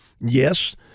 Yes